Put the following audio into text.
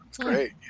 Great